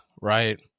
Right